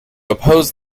opposed